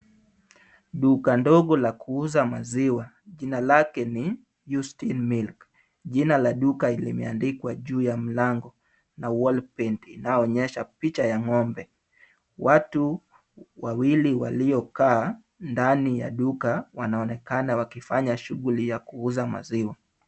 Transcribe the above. Duka ndogo la kuuza maziwa jina lake ni Yustin Milk, jina la duka limeandikwa juu ya mlango na wall paint inayoonyesha picha ya ng'ombe. Watu wawili waliokaa ndani ya duka wanaonekana wakifanya shughuli ya kuuza maziwa.